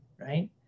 Right